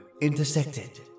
intersected